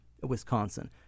Wisconsin